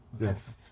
Yes